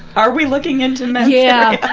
are we looking into men's. yeah,